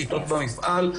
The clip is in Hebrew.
כיתות במפעל,